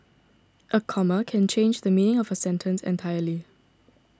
a comma can change the meaning of a sentence entirely